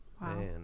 Wow